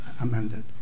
amended